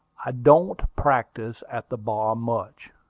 i don't practise at the bar much,